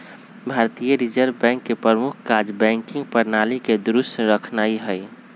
भारतीय reserve bank के प्रमुख काज़ बैंकिंग प्रणाली के दुरुस्त रखनाइ हइ